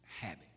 habit